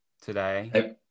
today